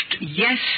yes